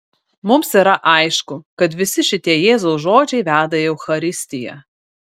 mums yra aišku kad visi šitie jėzaus žodžiai veda į eucharistiją